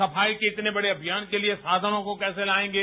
सफाई के इतने बड़े अभियान के लिए साधनों को कैसे लाएंगे